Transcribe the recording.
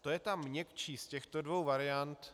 To je ta měkčí z těchto dvou variant.